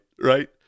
right